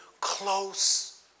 close